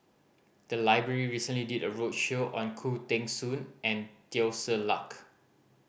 the library recently did a roadshow on Khoo Teng Soon and Teo Ser Luck